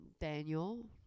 Daniel